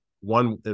one